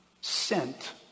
sent